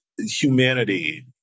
humanity